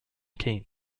keen